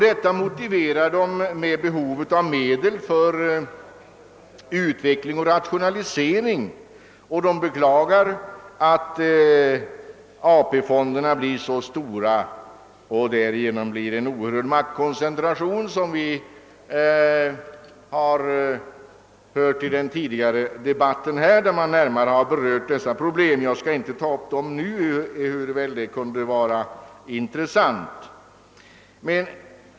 Detta motiverar man med behovet av medel för utveckling och rationalisering. De beklagar sig över att AP-fonderna blir för stora, vilket innebär en oerhörd maktkoncentration. Det har vi även hört tidigare i debatten, när dessa problem har berörts. Jag skall inte nu ingå närmare på dem, trots att det kunde vara intressant.